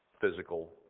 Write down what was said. physical